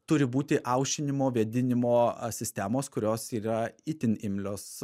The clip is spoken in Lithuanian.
turi būti aušinimo vėdinimo sistemos kurios yra itin imlios